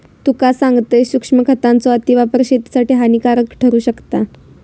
तुका सांगतंय, सूक्ष्म खतांचो अतिवापर शेतीसाठी हानिकारक ठरू शकता